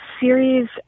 series